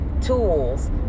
tools